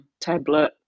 tablet